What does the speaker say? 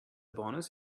bonus